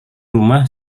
rumah